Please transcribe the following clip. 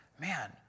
man